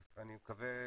מספיק,